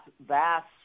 vast